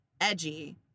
edgy